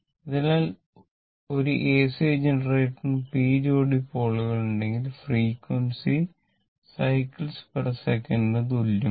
അതിനാൽ ഒരു എസി ജനറേറ്ററിന് പി ജോഡി പോളുകളുണ്ടെങ്കിൽ ഫ്രേക്യുഎൻസി സൈക്കിൾസ്സെക്കന്റ്cyclessec എണ്ണത്തിന് തുല്യമാണ്